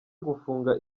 gufunga